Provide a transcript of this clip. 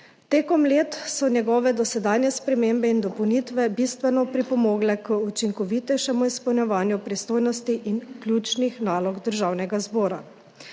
Čez leta so njegove dosedanje spremembe in dopolnitve bistveno pripomogle k učinkovitejšemu izpolnjevanju pristojnosti in ključnih nalog Državnega zbora.